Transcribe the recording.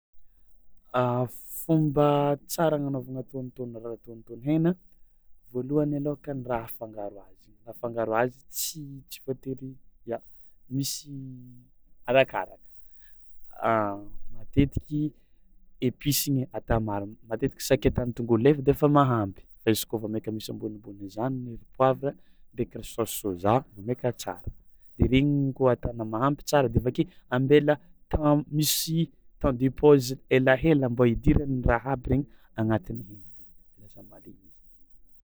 Fomba tsara agnanaovana tônotôno raha tônotôno hena voalohany alokany raha afangaro azy ts- tsy voatery misy arakaraka matetiky episy igny atao maro matetiky sakaitany, tongolo ley defa mahampy, fa izy koa vao maika misy ambonimbony zany ny poavra de ko ry saosy sôza vao maika tsara, de regny koa ataonao mahampy tsara de ambela misy temps de pause helahela mba hidiran'ny raha aby hena akagny de lasa malemy izy.